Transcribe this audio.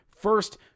First